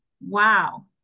Wow